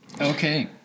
okay